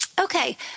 Okay